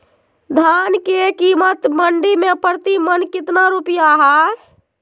धान के कीमत मंडी में प्रति मन कितना रुपया हाय?